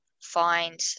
find